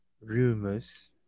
rumors